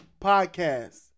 podcast